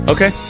Okay